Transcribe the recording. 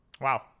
Wow